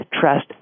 trust